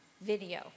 video